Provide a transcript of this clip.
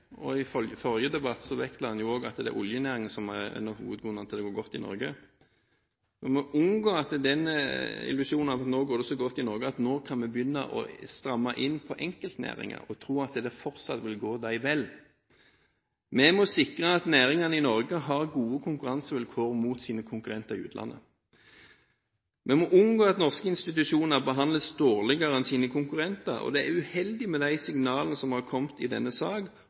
i Norge. I forrige debatt vektla en at det er oljenæringen som er en av hovedgrunnene til at det går godt i Norge. Vi må unngå illusjonen om at nå går det så godt i Norge at vi kan begynne å stramme inn på enkeltnæringer og tro at det fortsatt vil gå dem vel. Vi må sikre at næringene i Norge har gode konkurransevilkår mot sine konkurrenter i utlandet. Vi må unngå at norske institusjoner behandles dårligere enn sine konkurrenter. Det er uheldig med de signalene som har kommet i denne